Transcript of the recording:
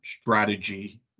strategy